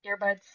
earbuds